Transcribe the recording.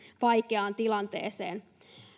vaikeaan tilanteeseen